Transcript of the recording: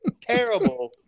terrible